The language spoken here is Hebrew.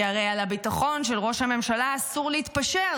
כי הרי על הביטחון של ראש הממשלה אסור להתפשר,